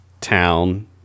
town